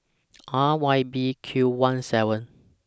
R Y B Q one seven